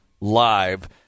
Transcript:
live